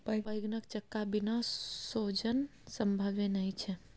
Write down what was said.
बैंगनक चक्का बिना सोजन संभवे नहि छै